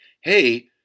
Hey